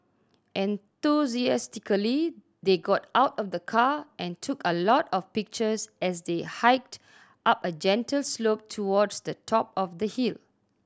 enthusiastically they got out of the car and took a lot of pictures as they hiked up a gentle slope towards the top of the hill